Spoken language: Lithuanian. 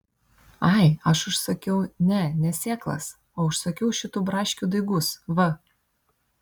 ai aš užsakiau ne ne sėklas o užsakiau šitų braškių daigus va